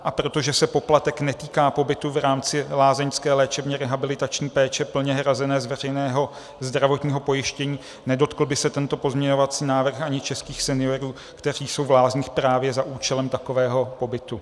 A protože se poplatek netýká pobytu v rámci lázeňské léčebně rehabilitační péče plně hrazené z veřejného zdravotního pojištění, nedotkl by se tento pozměňovací návrh ani českých seniorů, kteří jsou v lázních právě za účelem takového pobytu.